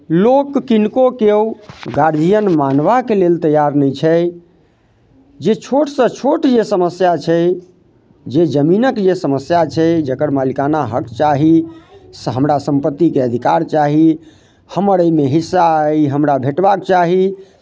लोक किनको केओ गार्जियन मानबाक लेल तैयार नहि छै जे छोटसँ छोट जे समस्या छै जे जमीनक जे समस्या छै जकर मालिकाना हक चाही हमरा सम्पत्तीके अधिकार चाही हमर अइमे हिस्सा अइ हमरा भेटबाक चाही